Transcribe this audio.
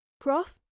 Prof